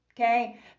okay